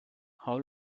how